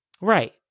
Right